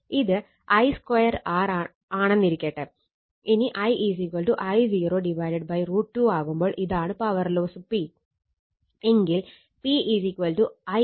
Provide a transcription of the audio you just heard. ഇത് I2 R ആണെന്നിരിക്കട്ടെ ഇനി I I0 √ 2 ആകുമ്പോൾ ഇതാണ് പവർ ലോസ് P എങ്കിൽ P I I 0 √ 2